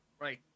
Right